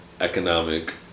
economic